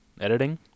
Editing